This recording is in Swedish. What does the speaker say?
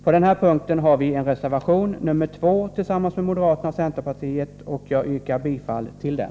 På den här punkten har vi en reservation, nr 2, tillsammans med moderaterna och centerpartiet, och jag yrkar bifall till den.